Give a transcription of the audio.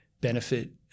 benefit